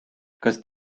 kas